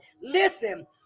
Listen